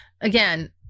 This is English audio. Again